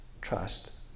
trust